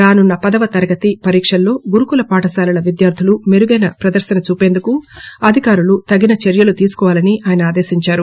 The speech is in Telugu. రానున్న పదవ తరగతి పరీకల్లో గురుకుల పాఠశాలల విద్యార్థులు మెరుగైన ప్రదర్శన చూపేందుకు అధికారులు తగిన చర్యలు తీసుకోవాలని ఆయన ఆదేశించారు